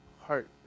heart